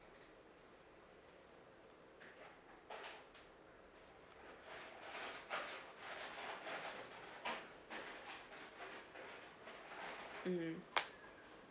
mm